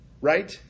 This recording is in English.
right